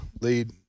lead